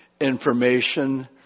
information